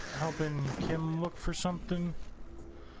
helping can look for something